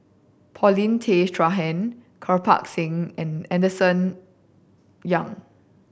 Paulin Tay Straughan Kirpal Singh and Henderson Young